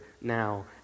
now